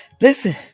listen